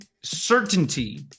certainty